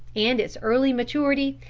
and its early maturity,